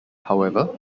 however